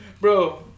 Bro